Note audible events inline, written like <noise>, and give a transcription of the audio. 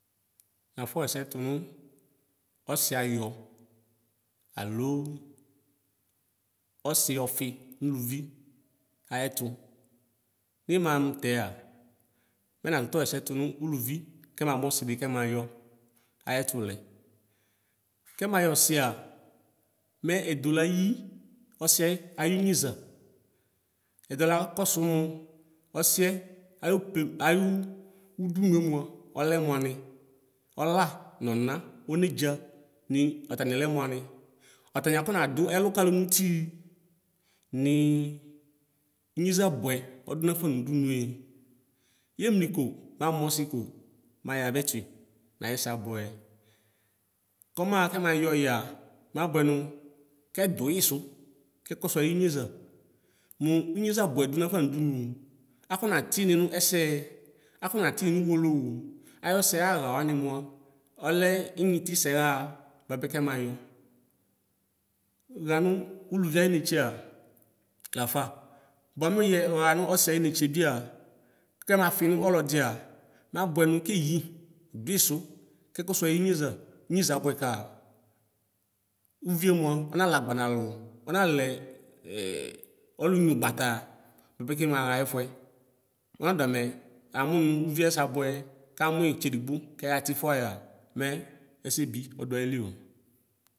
Nafɔxɛsɛ tʋnʋ ɔsi ayɔ alo ɔsi ɔfi nʋlʋvi ayɛtʋ nimaxa mʋtɛɛa mɛ natɔtɔ xɛsɛ tʋnʋ ʋlʋvi kɛ mamʋ ɔsidi kɛmayɔ ayɛtʋ lɛ kɛmayɔ ɔsia mɛ edelayi ɔsiɛ ayinyeza edela kosʋ nʋ ɔsiɛ ayɔ be ayʋ dʋnue mʋa ɔnɛ mʋani ɔla nɔna ɔnedzani atani lɛ mʋani atani akɔnadʋ ɛlʋ kalʋ nʋtii nii inyeza bʋɛ ɔdʋnafa nʋ ʋdʋnʋe yemli kʋ mamʋ ɔsi ko meyavɛ tui naxɛsɛ abʋɛ yɛ kɔmaxa kɛmayɔ yia mabʋɛ nʋ kɛ dʋyisʋ kekɔsʋ ayi nyeza mʋ inyeza bʋɛ dʋamafa nʋdʋnʋ akɔna tini nʋ ɛsɛ afɔnatini nʋ ʋwolowʋ ayɔ sɛxaxa wani niva ɔlɛ inyiti sɛxa bʋapɛ kɛma yɔ xani ʋlivi ayi netsea la bʋamɛ yɛ wananʋ ɔsi ayinetse bia kɛ mafi nʋ ɔlɔdia mabʋɛ nʋ kiyidui sʋ kɛ kɔsʋ ayi nyeza inyezabʋɛ ka ʋvie mʋa ɔnalɛ agbanalʋ ɔnalɛ <hesitation> ɔlʋnyʋagbata bʋapɛ kɛ maxa ayɛfʋɛ mʋ ɔnadʋ amɛ amʋ nʋ ʋvie ayɛsɛ abʋɛ kamui etsedigbo kɛyati fʋayi la mɛ ɛsɛbi ɔdʋayili o.